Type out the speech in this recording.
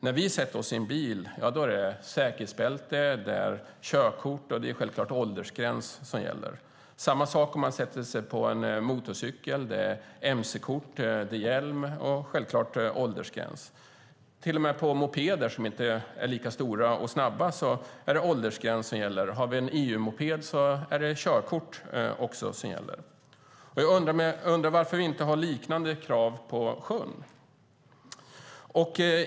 När vi sätter oss i en bil gäller säkerhetsbälte, körkort och självklart åldersgräns. Samma sak om man sätter sig på en motorcykel. Då gäller mc-kort, hjälm och givetvis åldersgräns. Till och med för mopeder, som ju inte är lika stora och snabba, gäller åldersgräns. Har vi en EU-moped gäller även körkort. Jag undrar varför vi inte har liknande krav på sjön.